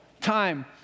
time